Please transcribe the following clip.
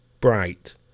bright